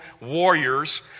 warriors